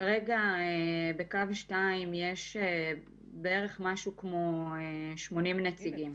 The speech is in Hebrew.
כרגע, בקו 2 יש משהו כמו 80 נציגים.